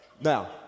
Now